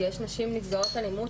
כי יש נשים נפגעות אלימות,